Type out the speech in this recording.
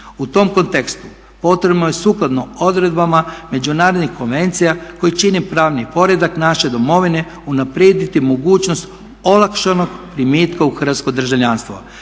U tom kontekstu potrebno je sukladno odredbama međunarodnih konvencija koje čine pravni poredak naše domovine unaprijediti mogućnost olakšanog primitka u hrvatsko državljanstvo.